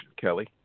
Kelly